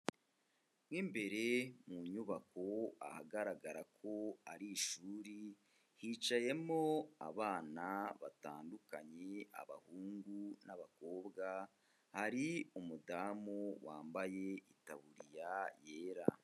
Mou imbere mu nyubako ahagaragara ko ari ishuri, hicayemo abana batandukanye abahungu n'abakobwa, hari umudamu wambaye itaburiya yera.